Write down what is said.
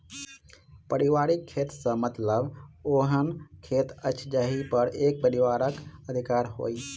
पारिवारिक खेत सॅ मतलब ओहन खेत अछि जाहि पर एक परिवारक अधिकार होय